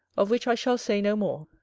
of which i shall say no more,